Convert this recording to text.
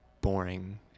boring